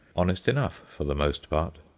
honest enough for the most part.